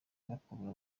bakurura